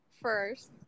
first